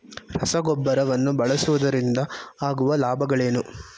ರಸಗೊಬ್ಬರವನ್ನು ಬಳಸುವುದರಿಂದ ಆಗುವ ಲಾಭಗಳೇನು?